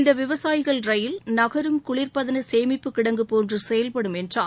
இந்த விவசாயிகள் ரயில் நகரும் குளிர்பதன சேமிப்பு கிடங்கு போன்று செயல்படும் என்றார்